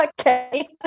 okay